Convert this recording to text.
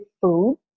food